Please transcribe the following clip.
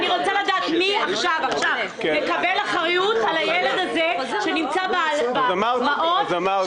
אני רוצה לדעת מי מקבל אחריות על הילד הזה שנמצא במעון והוא